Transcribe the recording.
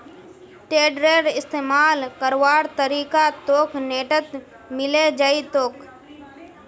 टेडरेर इस्तमाल करवार तरीका तोक नेटत मिले जई तोक